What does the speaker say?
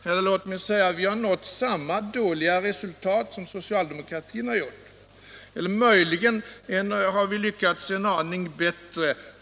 Eller låt mig säga: Vi har nått samma dåliga resultat som socialdemokraterna gjort eller möjligen har vi lyckats en aning bättre.